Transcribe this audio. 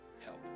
Help